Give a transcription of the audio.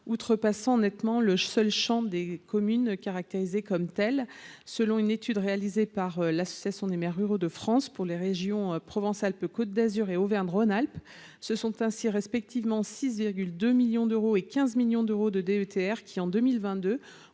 outrepassant nettement le seul Champ des communes caractérisées comme telle, selon une étude réalisée par l'Association des maires ruraux de France pour les régions Provence Alpes Côte d'Azur et Auvergne Rhône Alpes ce sont ainsi respectivement 6 2 millions d'euros et 15 millions d'euros de DETR qui, en 2022